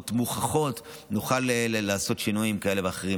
מוכחות נוכל לעשות שינויים כאלה ואחרים,